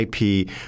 IP